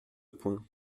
point